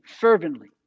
fervently